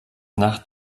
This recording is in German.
nach